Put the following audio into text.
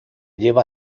lleva